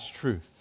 truth